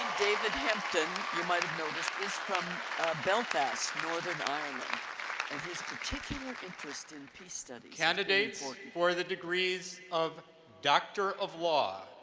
david hempton you might have noticed is from belfast, northern ireland. and his particular interest in peace studies. candidates for the degrees of doctor of law,